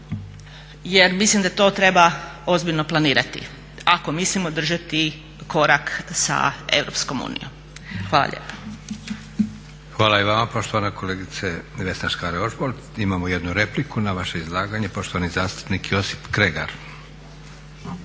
jer mislim da to treba ozbiljno planirati ako mislimo držati korak sa Europskom unijom. Hvala lijepo. **Leko, Josip (SDP)** Hvala i vama poštovana kolegice Vesna Škare-Ožbolt. Imamo jednu repliku na vaše izlaganje. Poštovani zastupnik Josip Kregar.